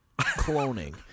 Cloning